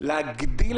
דרך אגב,